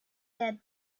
dead